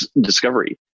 discovery